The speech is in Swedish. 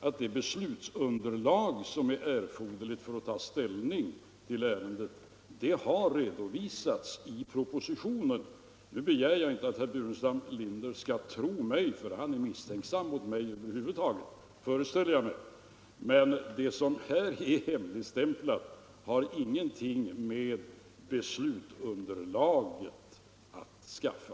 Det beslutsunderlag som är erforderligt för att ta ställning till ärendet har redovisats i propositionen. Jag begär nu inte att herr Burenstam Linder skall tro mig, för jag föreställer mig att han är misstänksam mot mig över huvud taget, men det som här är hemligstämplat har ingenting med beslutsunderlaget att skaffa.